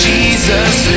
Jesus